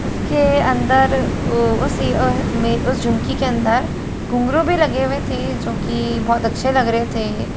उसके अंदर उस झुमके के अन्दर घुंघरू भी लगे हुए थे जो कि बहुत अच्छे लग रहे थे